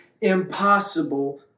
impossible